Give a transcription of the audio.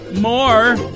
More